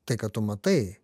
tai ką tu matai